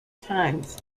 times